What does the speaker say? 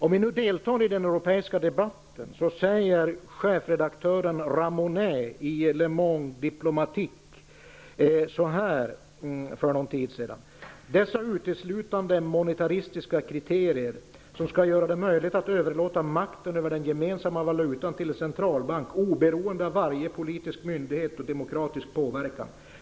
Låt oss delta i den europeiska debatten. För någon tid sedan sade chefredaktören för tidningen Le ''Dessa uteslutande monetaristiska kriterier som -- ska göra det möjligt att överlåta makten över den gemensamma valutan till en centralbank oberoende av varje politisk myndighet och demokratisk påverkan.